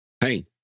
hey